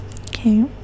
Okay